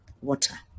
water